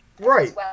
Right